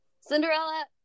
Cinderella